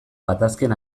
gatazken